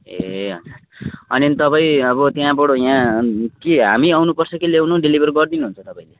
ए हजुर अनि नि तपाईँ अब त्यहाँबाट यहाँ कि हामी आउनुपर्छ कि ल्याउनु डेलिभर गरिदिनुहुन्छ तपाईँले